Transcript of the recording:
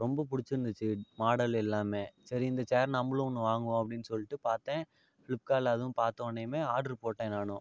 ரொம்ப பிடிச்சிருந்துச்சி மாடல் எல்லாமே சரி இந்த ச்சேர் நம்பளும் ஒன்று வாங்குவோம் அப்படின்னு சொல்லிட்டு பார்த்தேன் ஃப்ளிப்கார்ட்டில அதுவும் பார்த்தவொன்னேயுமே ஆட்ரு போட்டேன் நானும்